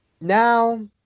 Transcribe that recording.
Now